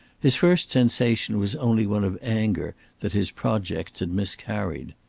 his first sensation was only one of anger that his projects had miscarried.